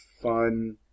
fun